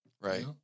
Right